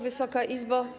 Wysoka Izbo!